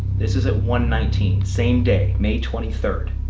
this is at one nineteen. same day. may twenty third.